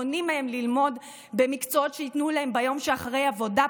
מונעים מהם ללמוד במקצועות שייתנו להם ביום שאחרי עבודה,